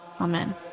Amen